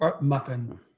Muffin